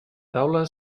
taula